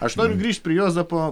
aš noriu grįžt prie juozapo